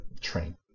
train